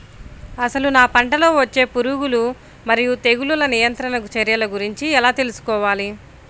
అసలు నా పంటలో వచ్చే పురుగులు మరియు తెగులుల నియంత్రణ చర్యల గురించి ఎలా తెలుసుకోవాలి?